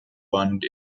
bond